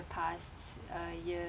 past uh year